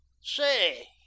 Say